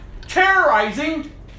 terrorizing